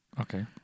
Okay